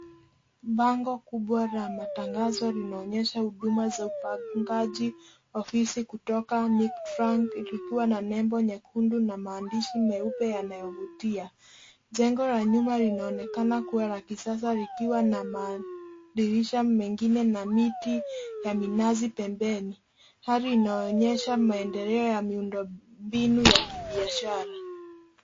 Bango kubwa la matangazo linaonyesha huduma za upangaji wa ofisi kutoka Knight Frank ikikua na nembo nyekundu na maandishi meupe yanayovutia. Jengo la nyuma linaonekana kuwa la kisasa likiwa na madirisha mengine na miti ya minazi pembeni. Hali inaonyesha maendeleo ya miundo mbinu ya kibiashara.